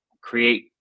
Create